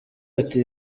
ati